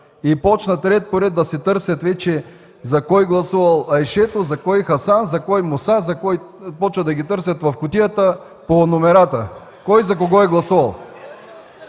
започнат ред по ред да търсят за кой е гласувала Айшето, за кой Хасан, за кой Муса. Започват да ги търсят в кутията по номерата кой за кого е гласувал.